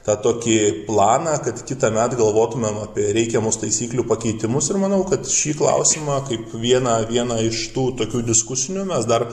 tą tokį planą kad kitąmet galvotumėm apie reikiamus taisyklių pakeitimus ir manau kad šį klausimą kaip vieną vieną iš tų tokių diskusinių mes dar